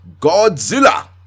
Godzilla